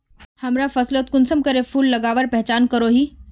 हमरा फसलोत कुंसम करे फूल लगवार पहचान करो ही?